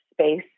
space